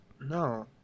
no